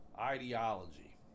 ideology